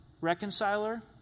reconciler